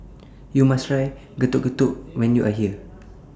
YOU must Try Getuk Getuk when YOU Are here